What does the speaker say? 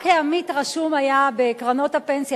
רק העמית היה רשום בקרנות הפנסיה,